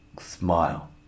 Smile